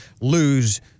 lose